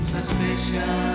Suspicion